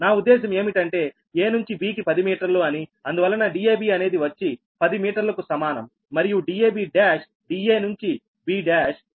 నా ఉద్దేశం ఏమిటి అంటే a నుంచి b కి 10 మీటర్లు అని అందువలన dab అనేది వచ్చి 10 మీటర్లకు సమానం మరియు dab1d a నుంచి b1